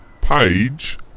page